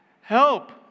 Help